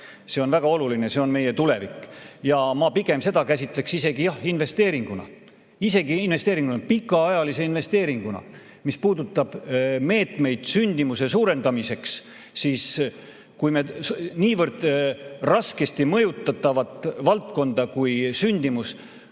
See on väga oluline, see on meie tulevik. Ma pigem jah käsitleksin seda isegi investeeringuna – isegi investeeringuna, pikaajalise investeeringuna. Mis puudutab meetmeid sündimuse suurendamiseks, siis kui me niivõrd raskesti mõjutatavat valdkonda kui sündimus